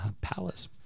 palace